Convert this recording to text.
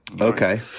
Okay